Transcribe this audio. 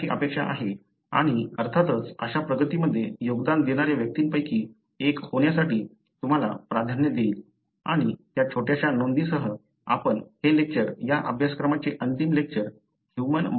तर ही अशी अपेक्षा आहे आणि अर्थातच अशा प्रगतीमध्ये योगदान देणाऱ्या व्यक्तींपैकी एक होण्यासाठी तुम्हाला प्राधान्य देईल आणि त्या छोट्याशा नोंदीसह आपण हे लेक्चर या अभ्यासक्रमाचे अंतिम लेक्चर ह्यूमन मॉलिक्युलर जेनेटिक्स समाप्त करत आहोत